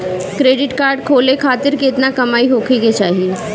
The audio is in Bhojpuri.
क्रेडिट कार्ड खोले खातिर केतना कमाई होखे के चाही?